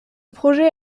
projet